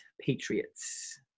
Patriots